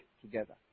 together